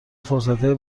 فرصتهای